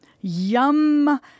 Yum